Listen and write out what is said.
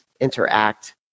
interact